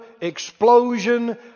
explosion